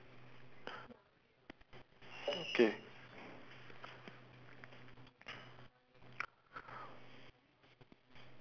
K